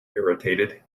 irritated